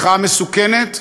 מחאה מסוכנת,